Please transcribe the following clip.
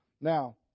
now